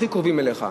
הכי קרובים אליך,